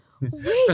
Wait